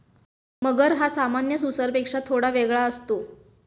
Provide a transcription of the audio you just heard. मगर हा सामान्य सुसरपेक्षा थोडा वेगळा असतो